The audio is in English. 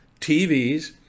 TVs